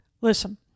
Listen